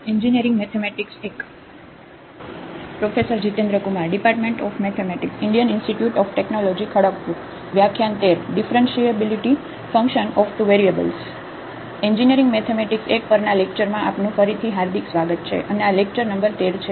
engineering mathematics I પરના lecture માં આપનું ફરીથી હાર્દિક સ્વાગત છે અને આ લેક્ચર નંબર 13 છે